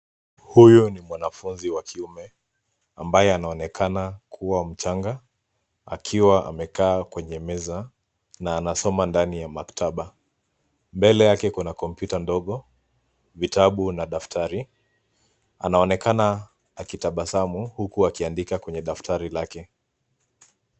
Huyu ni mwanafunzi wa kiume, ambaye anaonekana kuwa mchanga, akiwa amekaa kwenye meza, na anasoma ndani ya maktaba. Mbele yake kuna kompyuta ndogo, vitabu na daftari, anaonekana akitabasamu, huku akiandika kwenye daftari lake.